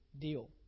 deal